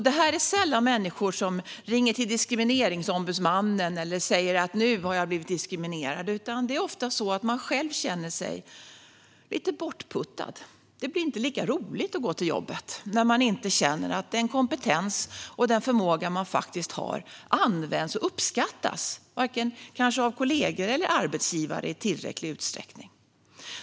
Detta är sällan människor som ringer till Diskrimineringsombudsmannen eller säger "nu har jag blivit diskriminerad". Men det är ofta så att man känner sig lite bortputtad. Det blir inte lika roligt att gå till jobbet när man känner att den kompetens och den förmåga man har inte används och uppskattas i tillräcklig utsträckning, kanske varken av kollegor eller av arbetsgivare.